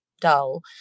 dull